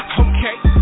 okay